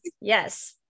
Yes